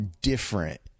different